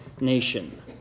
nation